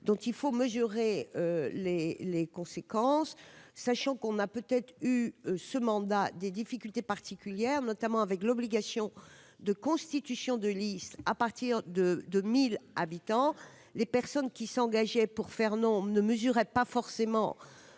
dont il faut mesurer les les conséquences, sachant qu'on a peut-être eu ce mandat des difficultés particulières, notamment avec l'obligation de constitution de listes à partir de 2000 habitants, les personnes qui s'engager pour Fernand ne mesurait pas forcément